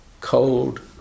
cold